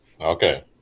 Okay